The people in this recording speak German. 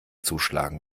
zuschlagen